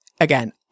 again